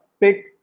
pick